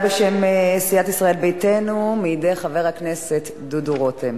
הודעה בשם סיעת ישראל ביתנו, חבר הכנסת דודו רותם.